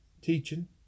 teaching